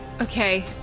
Okay